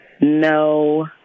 No